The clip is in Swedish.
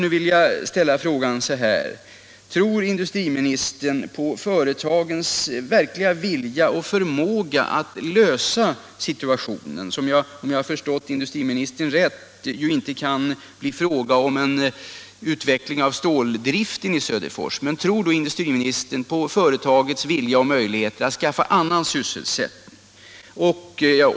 Nu vill jag ställa frågan på detta sätt: Tror industriministern på företagets goda vilja och förmåga att lösa problemen? Om jag förstod industriministern rätt kan det här inte bli fråga om en utveckling av ståldriften i Söderfors, men tror industriministern på företagets vilja och möjligheter att skaffa annan sysselsättning?